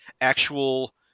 actual